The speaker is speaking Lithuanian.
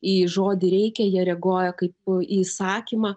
į žodį reikia jie reaguoja kaip į įsakymą